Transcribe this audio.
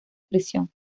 prisión